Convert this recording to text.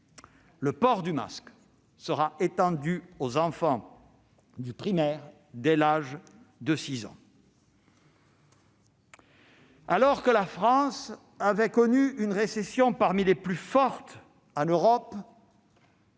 le port du masque sera étendu aux enfants du primaire dès l'âge de 6 ans. Alors que la France avait connu une récession parmi les plus fortes en Europe